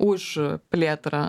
už plėtrą